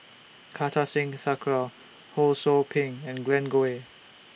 Kartar Singh Thakral Ho SOU Ping and Glen Goei